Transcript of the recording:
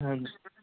ਹਾਂਜੀ